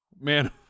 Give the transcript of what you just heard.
Man